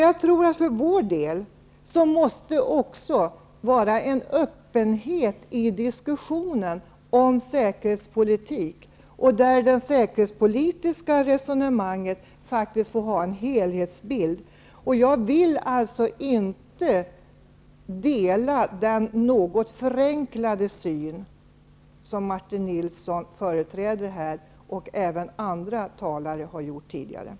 Jag tror att det måste finnas en öppenhet i diskussionen om säkerhetspolitik. Det säkerhetspolitiska resonemanget måste innehålla en helhetsbild. Jag vill inte dela den något förenklade syn som Martin Nilsson företräder här, och som även andra talare har företrätt.